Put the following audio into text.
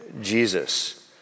Jesus